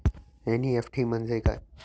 NEFT म्हणजे काय?